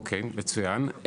אוקיי, מצוין.